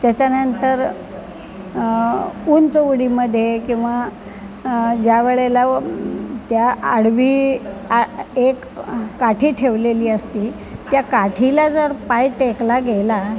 त्याच्यानंतर उंच उडीमध्ये किंवा ज्या वेळेला त्या आडवी आ एक काठी ठेवलेली असती त्या काठीला जर पाय टेकला गेला